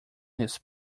his